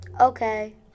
Okay